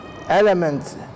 elements